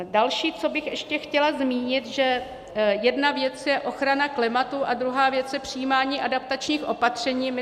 Další, co bych ještě chtěla zmínit, že jedna věc je ochrana klimatu a druhá věc je přijímání adaptačních opatření.